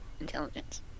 Intelligence